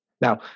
Now